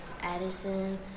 Addison